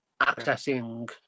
accessing